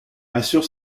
assure